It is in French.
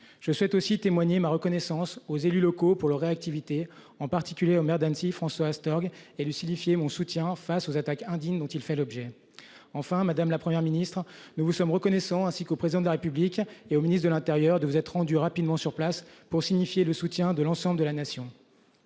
je souhaite aussi témoigner ma reconnaissance aux élus locaux pour leur réactivité en particulier au maire d'Annecy, François Astorg élu signifier mon soutien en face aux attaques indignes dont il fait l'objet. Enfin, madame, la Première ministre. Nous vous sommes reconnaissants ainsi qu'au président de la République et au ministre de l'Intérieur de vous êtes rendue rapidement sur place pour signifier le soutien de l'ensemble de la nation.